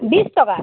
বিছ টকা